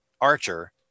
Archer